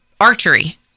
archery